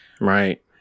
Right